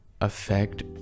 affect